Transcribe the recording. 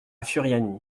furiani